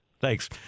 Thanks